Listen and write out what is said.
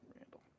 Randall